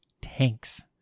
tanks